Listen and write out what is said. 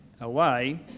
away